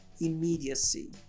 immediacy